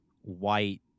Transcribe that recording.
white